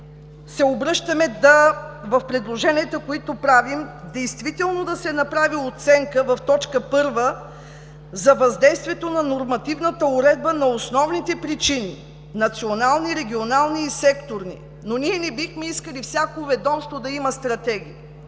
представители, в предложенията, които правим, се обръщаме действително да се направи оценка в т. 1 за въздействието на нормативната уредба на основните причини – национални, регионални и секторни. Но ние не бихме искали всяко ведомство да има стратегия,